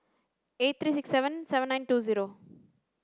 eight three six seven seven nine two zero